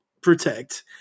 protect